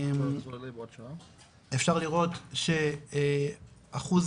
אפשר לראות שאחוז